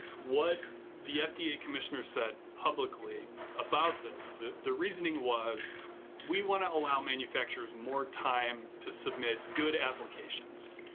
what the fda yeah commissioner said publicly about this. the the reasoning was we want to allow manufacturers more time to submit good applications,